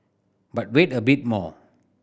but wait a bit more